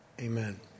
amen